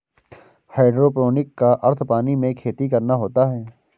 hydroponic का अर्थ पानी में खेती करना होता है